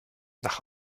nach